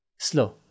Slow